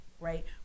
right